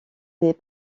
des